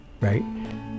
right